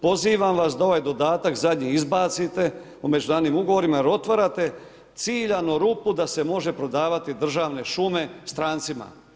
Pozivam vas da ovaj dodatak zadnji izbacite o međunarodnim ugovorima jer otvarate ciljano rupu da se može prodavati državne šume strancima.